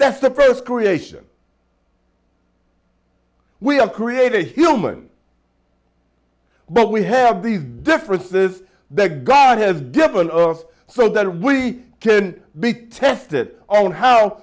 that's the first creation we have created a human but we have these differences that god has given us so that we can be tested on how